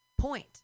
point